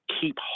keep